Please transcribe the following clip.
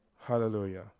Hallelujah